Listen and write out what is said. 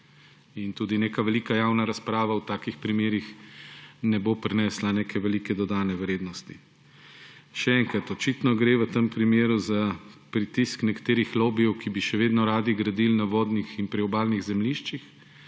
In tudi neka velika javna razprava v takih primerih ne bo prinesla neke velike dodane vrednosti. Še enkrat, očitno gre v tem primeru za pritisk nekaterih lobijev, ki bi še vedno radi gradili na vodnih in priobalnih zemljiščih,